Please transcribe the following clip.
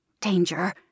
Danger